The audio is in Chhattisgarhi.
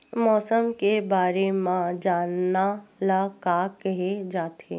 मौसम के बारे म जानना ल का कहे जाथे?